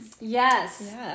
Yes